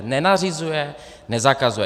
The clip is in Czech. Nenařizuje, nezakazuje.